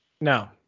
no